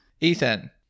Ethan